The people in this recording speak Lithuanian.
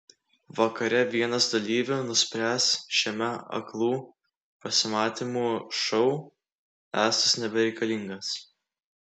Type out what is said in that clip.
vakare vienas dalyvių nuspręs šiame aklų pasimatymų šou esąs nebereikalingas